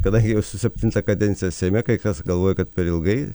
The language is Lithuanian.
kadangi jau esu septintą kadenciją seime kai kas galvoja kad per ilgai